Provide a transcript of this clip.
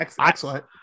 Excellent